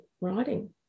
writing